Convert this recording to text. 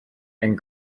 and